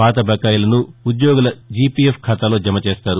పాత బకాయిలను ఉద్యోగుల జీపీఎఫ్ ఖాతాలో జమచేస్తారు